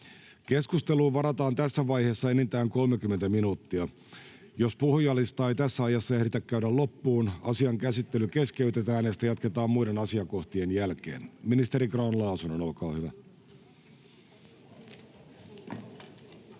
Keskusteluun varataan tässä vaiheessa enintään 30 minuuttia. Jos puhujalistaa ei tässä ajassa ehditä käydä loppuun, asian käsittely keskeytetään ja sitä jatketaan muiden asiakohtien jälkeen. — Ministeri Grahn-Laasonen, olkaa hyvä. Arvoisa